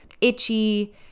itchy